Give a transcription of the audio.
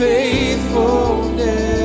Faithfulness